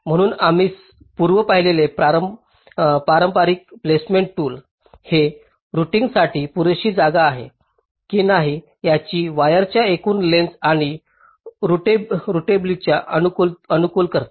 म्हणून आम्ही पूर्वी पाहिलेले पारंपारिक प्लेसमेंट टूल हे रूटिंगसाठी पुरेशी जागा आहे की नाही याची वायरच्या एकूण लेंग्थस आणि रुटेबिलिटीला अनुकूल करते